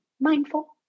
mindful